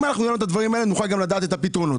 אם נדע את הדברים האלה נוכל גם לדעת את הפתרונות.